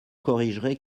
corrigerez